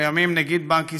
לימים נגיד בנק ישראל,